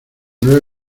nueve